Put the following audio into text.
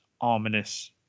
ominous